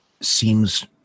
seems